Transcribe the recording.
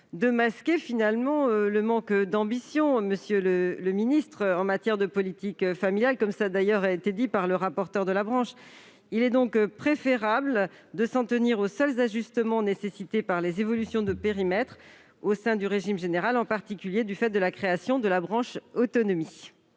de masquer finalement le manque d'ambition du Gouvernement en matière de politique familiale, comme l'a d'ailleurs souligné le rapporteur de la commission pour la famille. Il est donc préférable de s'en tenir aux seuls ajustements nécessités par les évolutions de périmètre au sein du régime général, en particulier du fait de la création de la branche autonomie.